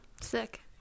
Sick